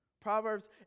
Proverbs